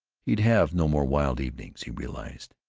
he'd have no more wild evenings, he realized.